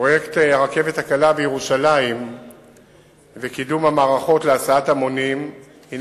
פרויקט הרכבת הקלה בירושלים וקידום המערכות להסעת המונים הם